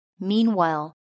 Meanwhile